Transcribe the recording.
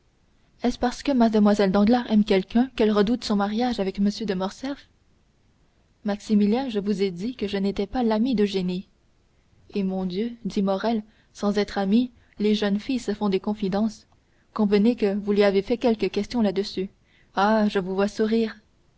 est-ce parce que mlle danglars aime quelqu'un qu'elle redoute son mariage avec m de morcerf maximilien je vous ai dit que je n'étais pas l'amie d'eugénie eh mon dieu dit morrel sans être amies les jeunes filles se font des confidences convenez que vous lui avez fait quelques questions là-dessus ah je vous vois sourire